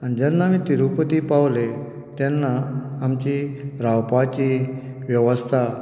आनी जेन्ना आमी तिरुपती पावले तेन्ना आमची रावपाची वेवस्था